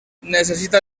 necessita